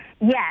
Yes